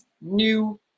new